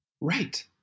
Right